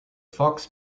fox